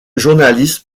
journaliste